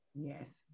Yes